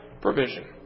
provision